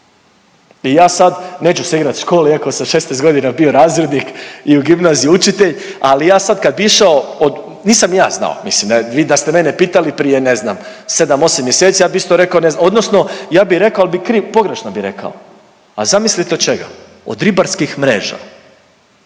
I ja sad, neću se igrat škole iako sam 16 godina bio razrednik i u gimnaziji učitelj ali ja sad kad bi išao. Nisam ni ja znao. Mislim, vi da ste mene pitali prije ne znam, 7-8 mjeseci, ja bi isto rekao ne znam, odnosno ja bi rekao, ali bi krivo, pogrešno bi rekao. A zamislite od čega. Od ribarskih mreža.